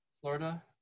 Florida